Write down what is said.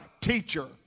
teacher